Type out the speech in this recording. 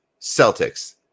Celtics